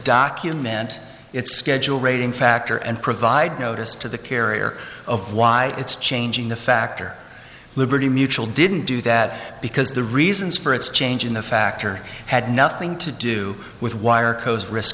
document its schedule rating factor and provide notice to the carrier of why it's changing the factor liberty mutual didn't do that because the reasons for its change in the factor had nothing to do with why or co's risk